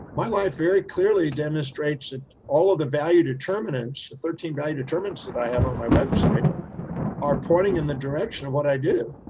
my life very clearly demonstrates that all of the value determinants, the thirteen value determines that i have on my website are pointing in the direction of what i do.